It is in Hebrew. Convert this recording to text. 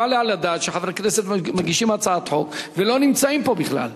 לא יעלה על הדעת שחברי כנסת מגישים הצעת חוק ולא נמצאים פה בכלל.